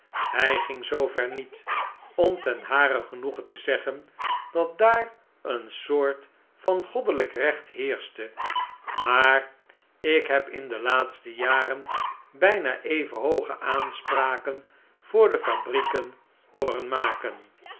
hij ging zoover niet om ten haren genoegen te zeggen dat daar een soort van goddelijk recht heerschte maar ik heb in de laatste jaren bijna even hooge aanspraken voor de fabrieken hooren maken